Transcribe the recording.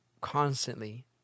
constantly